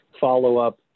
follow-up